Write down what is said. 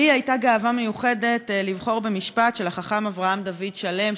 לי הייתה גאווה מיוחדת לבחור במשפט של החכם אברהם דוד שלם,